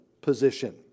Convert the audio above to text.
position